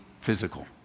physical